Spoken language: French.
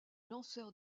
lanceur